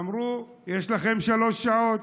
אמרו: יש לכם שלוש שעות.